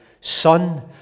son